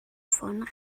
von